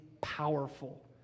powerful